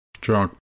Drunk